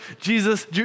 Jesus